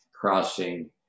crossing